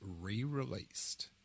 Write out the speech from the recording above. re-released